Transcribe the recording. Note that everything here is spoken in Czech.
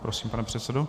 Prosím, pane předsedo.